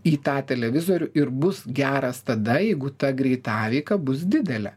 į tą televizorių ir bus geras tada jeigu ta greitaveika bus didelė